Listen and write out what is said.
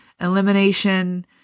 elimination